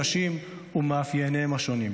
נשים ומאפייניהם השונים.